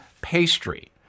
pastry